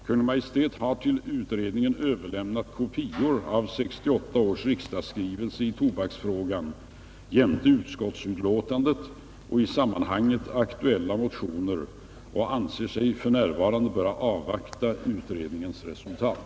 Kungl. Maj:t har till utredningen överlämnat kopia av 1968 års riksdagsskrivelse i tobaksfrågan jämte utskottsutlåtandet och i sammanhanget aktuella motioner och anser sig för närvarande böra avvakta utredningens resultat.